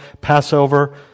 Passover